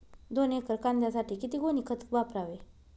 दोन एकर कांद्यासाठी किती गोणी खत वापरावे?